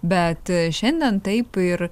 bet šiandien taip ir